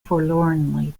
forlornly